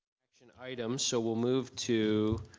and item, so we'll move to